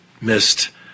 missed